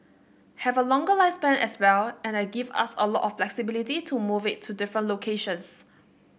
have a longer lifespan as well and that gives us a lot of flexibility to move it to different locations